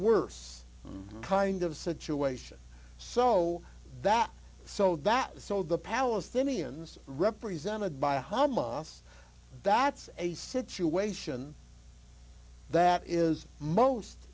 worse kind of situation so that so that so the palestinians represented by hamas that's a situation that is most